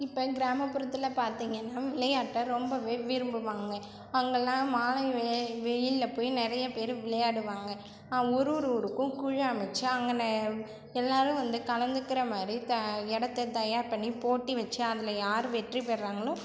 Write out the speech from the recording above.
இப்போ கிராமப்புறத்தில் பார்த்தீங்கன்னா விளையாட்டை ரொம்பவே விரும்புவாங்க அங்கேலாம் மாலை வெ வெயிலில் போய் நிறைய பேர் விளையாடுவாங்க ஒரு ஒரு ஊருக்கும் குழு அமைத்து அங்கேன எல்லோரும் வந்து கலந்துக்கிற மாதிரி த இடத்த தயார் பண்ணி போட்டி வச்சு அதில் யார் வெற்றி பெற்றாங்களோ